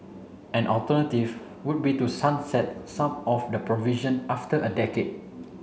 an alternative would be to sunset some of the provision after a decade